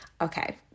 okay